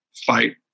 Fight